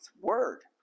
word